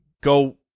go